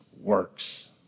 works